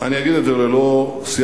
אני אגיד את זה ללא סייג,